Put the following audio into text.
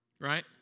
Right